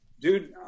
Dude